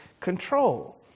control